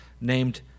named